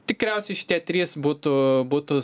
tikriausiai šitie trys būtų būtų